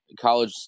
college